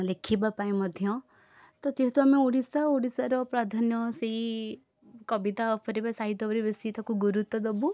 ଲେଖିବାପାଇଁ ମଧ୍ୟ ତ ଯେହେତୁ ଆମେ ଓଡ଼ିଶା ଓଡ଼ିଶାର ପ୍ରାଧାନ୍ୟ ସେଇ କବିତା ଉପରେ ବା ସାହିତ୍ୟ ଉପରେ ବେଶି ତାକୁ ଗୁରୁତ୍ଵ ଦେବୁ